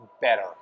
better